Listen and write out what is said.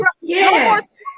Yes